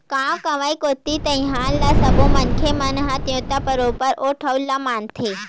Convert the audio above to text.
गाँव गंवई कोती दईहान ल सब्बो मनखे मन ह देवता बरोबर ओ ठउर ल मानथे